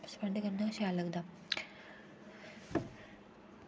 spend करना शैल लगदा